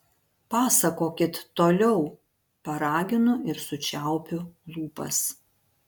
pasakokit toliau paraginu ir sučiaupiu lūpas